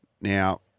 Now